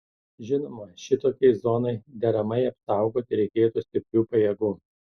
žinoma šitokiai zonai deramai apsaugoti reikėtų stiprių pajėgų